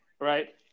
Right